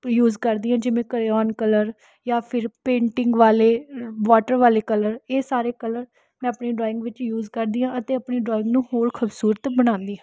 use ਕਰਦੀ ਹਾਂ ਜਿਵੇਂ ਕਰੇਓਨ ਕਲਰ ਜਾਂ ਫਿਰ ਪੇਂਟਿੰਗ ਵਾਲੇ ਵਾਟਰ ਵਾਲੇ ਕਲਰ ਇਹ ਸਾਰੇ ਕਲਰ ਮੈਂ ਆਪਣੀ ਡਰਾਇੰਗ ਵਿੱਚ ਯੂਜ਼ ਕਰਦੀ ਹਾਂ ਅਤੇ ਆਪਣੀ ਡਰਾਇੰਗ ਨੂੰ ਹੋਰ ਖੂਬਸੂਰਤ ਬਣਾਉਂਦੀ ਹਾਂ